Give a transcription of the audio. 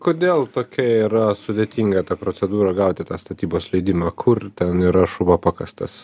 kodėl tokia yra sudėtinga ta procedūra gauti tą statybos leidimą kur ten yra šuva pakastas